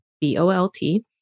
B-O-L-T